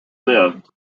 lived